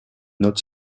not